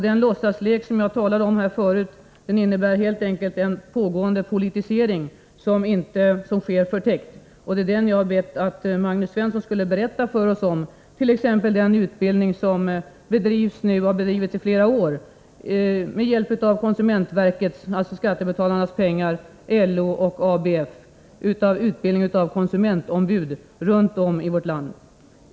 Den låtsaslek som jag talade om här förut innebär helt enkelt en pågående politisering, som sker förtäckt. Jag har bett att Magnus Persson skulle berätta för oss om den, t.ex. när det gäller den utbildning som nu bedrivs, och som har bedrivits i flera år, med hjälp av konsumentverket, alltså med skattebetalarnas pengar, LO och ABF - en utbildning av konsumentombud runt om i vårt land.